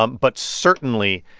um but certainly,